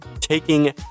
taking